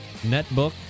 netbook